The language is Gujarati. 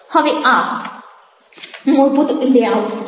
હવે આ મૂળભૂત લેઆઉટ છે